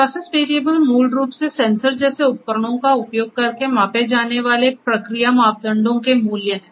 process variable मूल रूप से सेंसर जैसे उपकरणों का उपयोग करके मापे जाने वाले प्रक्रिया मापदंडों के मूल्य हैं